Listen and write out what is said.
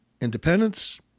independence